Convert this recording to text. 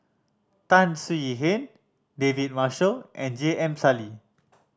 Tan Swie Hian David Marshall and J M Sali